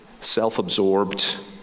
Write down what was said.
self-absorbed